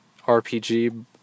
RPG